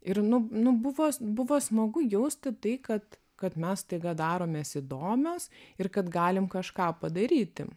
ir nu nu buvo buvo smagu jausti tai kad kad mes staiga daromės įdomios ir kad galim kažką padaryti